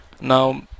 Now